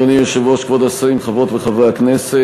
אדוני היושב-ראש, כבוד השרים, חברות וחברי הכנסת.